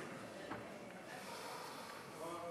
עוד